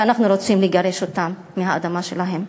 כשאנחנו רוצים לגרש אותן מהאדמה שלהן.